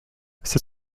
c’est